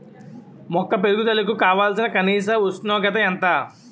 మొక్క పెరుగుదలకు కావాల్సిన కనీస ఉష్ణోగ్రత ఎంత?